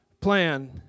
plan